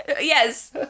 Yes